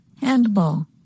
Handball